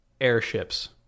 airships